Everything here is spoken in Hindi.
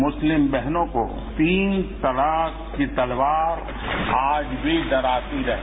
मुस्लिम बहनों को तीन तलाक की तलवार आज भी डराती रहती